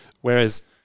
Whereas